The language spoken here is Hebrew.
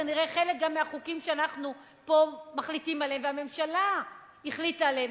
כנראה חלק גם מהחוקים שאנחנו פה מחליטים עליהם והממשלה החליטה עליהם,